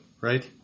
right